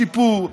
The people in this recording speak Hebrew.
שיפור,